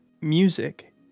music